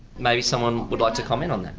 maybe someone would like to comment on